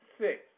six